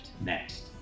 next